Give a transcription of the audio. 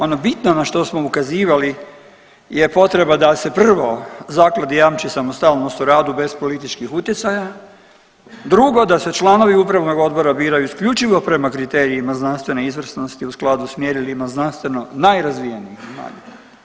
Ono bitno na što smo ukazivali je potreba da se prvo zakladi jamči samostalnost u radu bez političkih utjecaja, drugo da se članovi upravnog odbora biraju isključivo prema kriterijima znanstvene izvrsnosti u skladu s mjerilima znanstveno najrazvijenijih zemalja.